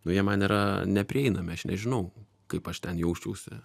nu jie man yra neprieinami aš nežinau kaip aš ten jausčiausi